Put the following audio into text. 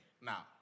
now